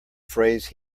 phrase